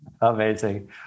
Amazing